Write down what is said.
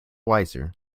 wiser